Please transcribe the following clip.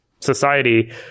society